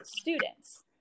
students